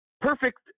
perfect